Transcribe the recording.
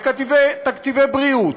בתקציבי בריאות,